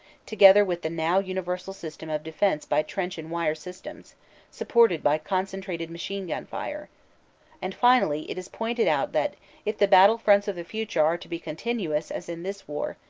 together with the now universal system of defense by trench and wire systems supported by concentrated machine-gun fire and finally it is pointed out that if the battle fronts of the future are to be continuous as in this war,